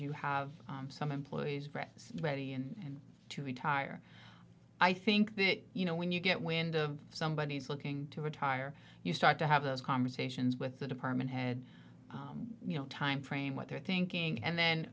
you have some employees ready and to retire i think that you know when you get wind of somebody looking to retire you start to have those conversations with the department head you know time frame what they're thinking and then